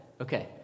Okay